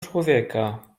człowieka